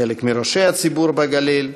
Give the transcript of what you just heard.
חלק מראשי הציבור בגליל,